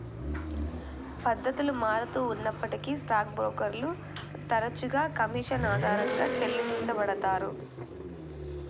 పద్ధతులు మారుతూ ఉన్నప్పటికీ స్టాక్ బ్రోకర్లు తరచుగా కమీషన్ ఆధారంగా చెల్లించబడతారు